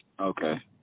Okay